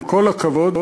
עם כל הכבוד,